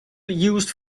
used